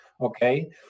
okay